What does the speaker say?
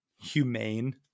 humane